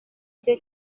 cye